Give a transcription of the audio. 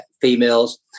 females